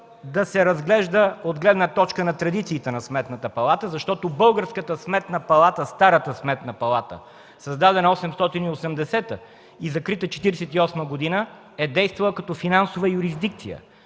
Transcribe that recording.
да се разглежда от гледна точка на традициите на Сметната палата, защото българската Сметна палата – старата Сметна палата, създадена през 1880 г. и закрита през 1948 г., е действала като финансова юрисдикция.